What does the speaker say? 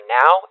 now